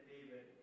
David